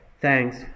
Thanks